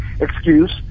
excuse